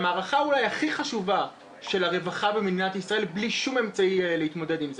למערכה הכי חשובה של הרווחה במדינת ישראל בלי שום אמצעי להתמודד עם זה.